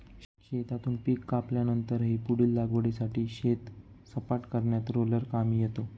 शेतातून पीक कापल्यानंतरही पुढील लागवडीसाठी शेत सपाट करण्यात रोलर कामी येतो